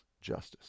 justice